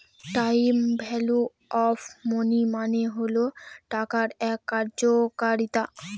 time value of money মানে হল টাকার এক কার্যকারিতা